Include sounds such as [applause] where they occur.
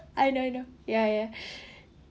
I know I know ya ya [breath]